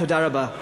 תודה רבה.